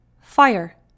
Fire